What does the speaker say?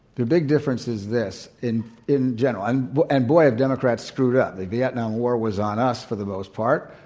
the big difference is this, in in general and, and boy, have democrats screwed up. the vietnam war was on us for the most part.